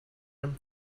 him